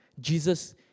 Jesus